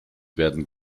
werden